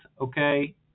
okay